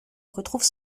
retrouve